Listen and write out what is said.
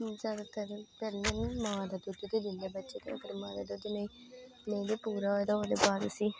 ज्यादातर मां दा दुद्ध दिंदे बच्चे गी मां दा दुद्ध नेई गै पूरा होऐ ते ओहदे बाद उसी